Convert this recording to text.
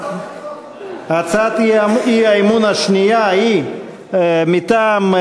הצעת האי-אמון השנייה היא מטעם,